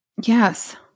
Yes